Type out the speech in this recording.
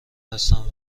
هستم